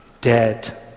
dead